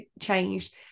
changed